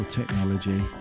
technology